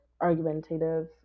argumentative